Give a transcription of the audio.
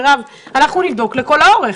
אנחנו נבדוק לכל האורך.